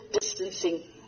distancing